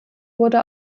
wurde